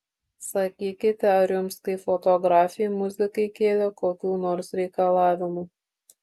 sakykite ar jums kaip fotografei muzikai kėlė kokių nors reikalavimų